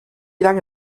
lange